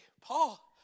Paul